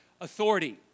authority